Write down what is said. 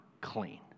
clean